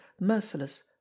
merciless